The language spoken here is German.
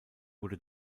wurde